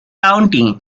county